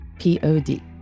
P-O-D